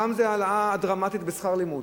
פעם זה העלאה דרמטית בשכר הלימוד.